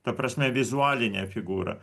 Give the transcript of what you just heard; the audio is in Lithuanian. ta prasme vizualinę figūrą